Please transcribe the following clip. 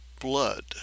blood